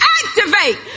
activate